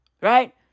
Right